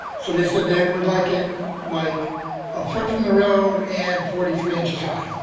so they said they would like it like a foot from the road and forty three inches high.